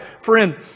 Friend